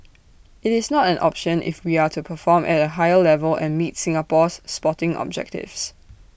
IT is not an option if we are to perform at A higher level and meet Singapore's sporting objectives